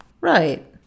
Right